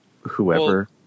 whoever